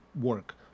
work